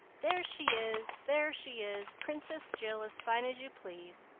there she is! there she is! princess jill as fine as you please!